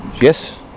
Yes